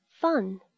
Fun